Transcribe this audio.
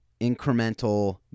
incremental